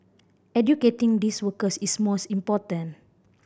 educating these workers is most important